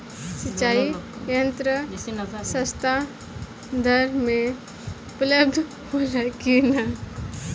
सिंचाई यंत्र सस्ता दर में उपलब्ध होला कि न?